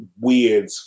weird